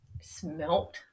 smelt